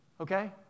Okay